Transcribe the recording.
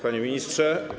Panie Ministrze!